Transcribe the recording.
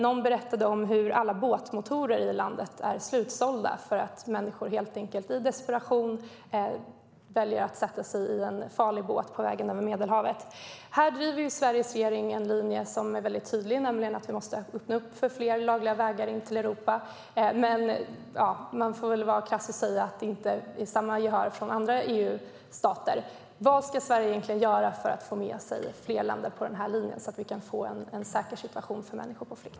Någon berättade att alla båtmotorer i landet är slutsålda eftersom människor helt enkelt i desperation väljer att sätta sig i en farlig båt på väg över Medelhavet. Här driver Sveriges regering en linje som är tydlig, nämligen att vi måste öppna för fler lagliga vägar in i Europa. Men man får väl vara krass och säga att det inte väcker samma gehör hos andra EU-stater. Vad ska Sverige göra för att få med sig fler länder på den här linjen så att vi kan få en säker situation för människor på flykt?